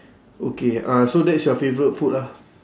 okay uh so that's your favourite food ah